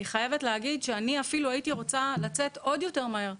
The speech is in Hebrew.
אני חייבת להגיד שאני הייתי רוצה לצאת עוד יותר מהר.